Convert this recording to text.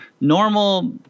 normal